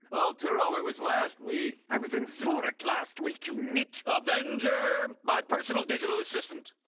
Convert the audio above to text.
vulturo, it was last week. i was in zurich last week, you nit! avenger, my personal digital assistant.